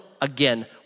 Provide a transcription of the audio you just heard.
again